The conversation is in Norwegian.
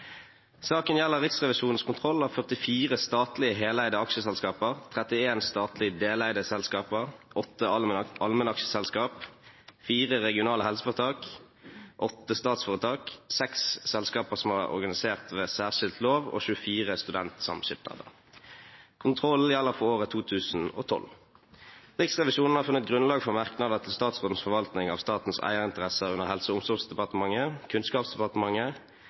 gjelder Riksrevisjonens kontroll av 44 statlig heleide aksjeselskaper, 31 statlig deleide selskaper, 8 allmennaksjeselskaper, 4 regionale helseforetak, 8 statsforetak, 6 selskaper som er organisert ved særskilt lov, og 24 studentsamskipnader. Kontrollen gjelder for året 2012. Riksrevisjonen har funnet grunnlag for merknader til statsrådens forvaltning av statens eierinteresser under Helse- og omsorgsdepartementet, Kunnskapsdepartementet,